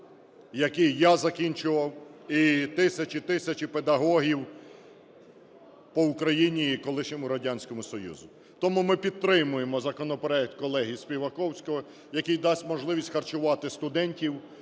який я закінчував і тисячі-тисячі педагогів по Україні і колишньому Радянському Союзу. Тому ми підтримуємо законопроект колеги Співаковського, який дасть можливість харчувати студентів,